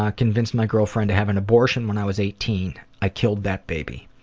ah convinced my girlfriend to have an abortion when i was eighteen. i killed that baby.